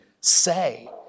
say